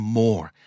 more